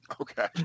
Okay